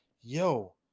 yo